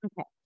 Okay